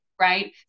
right